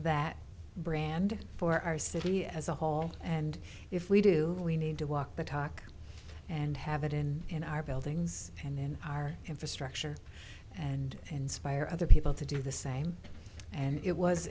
that brand for our city as a whole and if we do we need to walk the talk and have it in in our buildings and in our infrastructure and inspire other people to do the same and it was